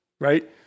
Right